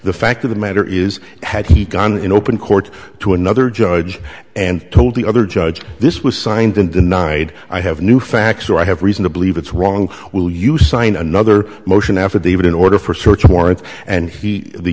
the fact of the matter is had he gone in open court to another judge and told the other judge this was signed and denied i have new facts or i have reason to believe it's wrong will you sign another motion affidavit in order for search warrant and he the